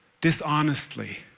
dishonestly